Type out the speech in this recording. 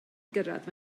gyrraedd